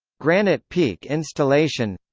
granite peak installation